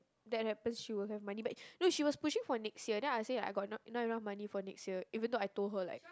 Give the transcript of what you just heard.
that happen she will have money back no she was pushing for next year then I say I got not not enough money for next year even though I told her like